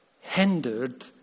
hindered